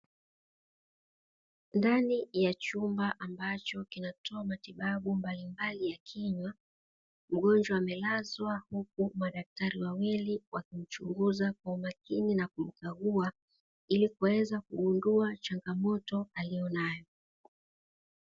Ndani ya chumba ambacho kinatoa matibabu mbalimbali ya kinywa mgonjwa amelazwa, huku madaktari wawili wakimchunguza kwa umakini na kumkagua ili kuweza kugundua changamoto aliyonayo.